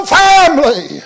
family